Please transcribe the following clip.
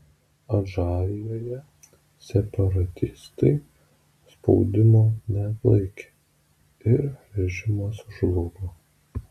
adžarijoje separatistai spaudimo neatlaikė ir režimas žlugo